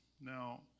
Now